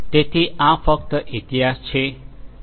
તેથી આ ફક્ત ઇતિહાસ છે